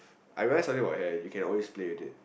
I realised something about hair you can always play with it